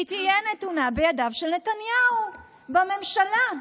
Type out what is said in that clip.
היא תהיה נתונה בידיו של נתניהו, בממשלה.